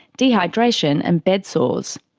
dehydration and bed sores.